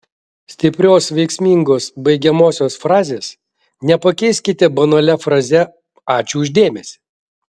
stiprios veiksmingos baigiamosios frazės nepakeiskite banalia fraze ačiū už dėmesį